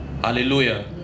Hallelujah